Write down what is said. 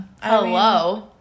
Hello